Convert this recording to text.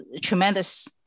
tremendous